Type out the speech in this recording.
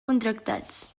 contractats